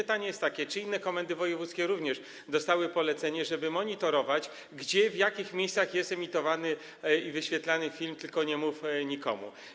Pytanie jest takie: Czy inne komendy wojewódzkie również dostały polecenie, żeby monitorować, w jakich miejscach jest emitowany, wyświetlany film „Tylko nie mów nikomu”